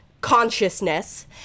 consciousness